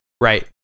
Right